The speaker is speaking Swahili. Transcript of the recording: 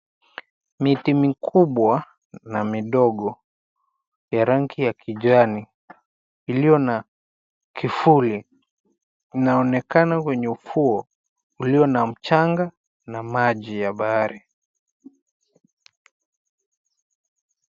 Miti mikubwa na midogo ya rangi ya kijani iliyo na kifuli inaonekana kwenye ufuo ulio na mchanga na maji ya bahari.